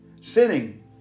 sinning